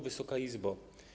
Wysoka Izbo!